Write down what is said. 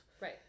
Right